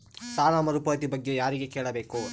ಸಾಲ ಮರುಪಾವತಿ ಬಗ್ಗೆ ಯಾರಿಗೆ ಕೇಳಬೇಕು?